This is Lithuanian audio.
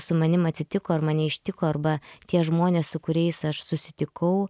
su manim atsitiko ar mane ištiko arba tie žmonės su kuriais aš susitikau